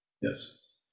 Yes